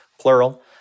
plural